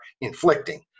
inflicting